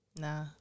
Nah